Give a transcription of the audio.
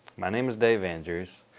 my name is dave andrews.